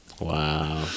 Wow